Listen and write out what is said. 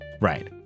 Right